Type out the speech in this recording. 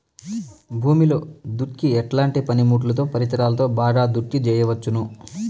భూమిలో దుక్కి ఎట్లాంటి పనిముట్లుతో, పరికరాలతో బాగా దుక్కి చేయవచ్చున?